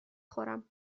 خورم